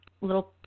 little